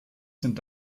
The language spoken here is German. sind